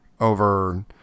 over